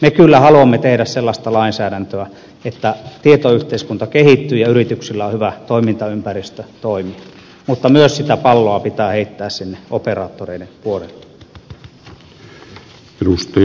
me kyllä haluamme tehdä sellaista lainsäädäntöä että tietoyhteiskunta kehittyy ja yrityksillä on hyvä toimintaympäristö toimia mutta myös sitä palloa pitää heittää sinne operaattoreiden puolelle